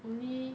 only